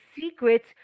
secrets